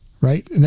right